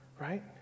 right